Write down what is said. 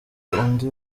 undi